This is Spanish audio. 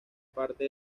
parte